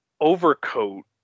overcoat